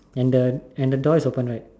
and the and the door is open right